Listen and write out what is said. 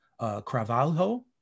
Cravalho